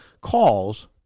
calls